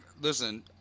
Listen